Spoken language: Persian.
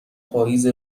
پائیز